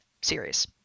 series